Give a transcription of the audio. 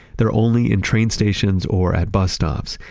they're only in train stations or at bus stops.